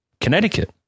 Connecticut